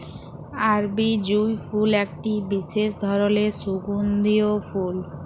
আরবি জুঁই ফুল একটি বিসেস ধরলের সুগন্ধিও ফুল